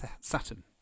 Saturn